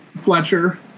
Fletcher